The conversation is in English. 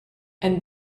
and